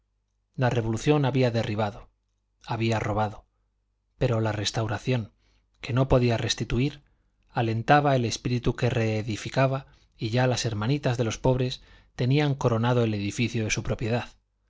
la revolución había derribado había robado pero la restauración que no podía restituir alentaba el espíritu que reedificaba y ya las hermanitas de los pobres tenían coronado el edificio de su propiedad